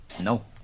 no